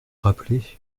rappelez